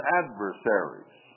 adversaries